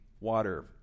water